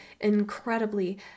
incredibly